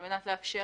על מנת לאפשר